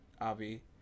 Avi